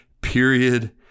period